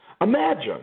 Imagine